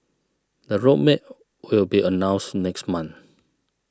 the road map will be announced next month